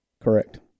Correct